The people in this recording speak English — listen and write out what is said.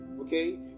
Okay